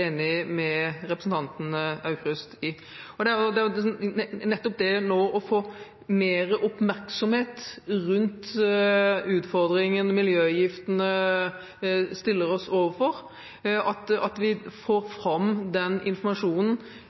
enig med representanten Aukrust i. Det er nettopp det dette dreier seg om – å få mer oppmerksomhet rundt de utfordringene som miljøgiftene stiller oss overfor: at vi får fram